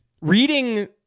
reading